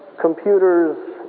computers